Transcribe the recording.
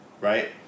right